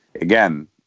again